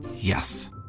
Yes